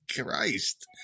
Christ